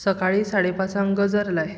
सकाळीं साडें पांचांक गजर लाय